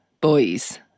boys